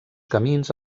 camins